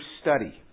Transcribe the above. study